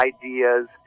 ideas